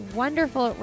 wonderful